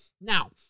Now